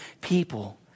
people